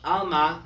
Alma